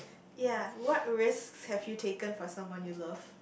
ya what risks have you taken for someone you love